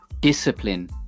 discipline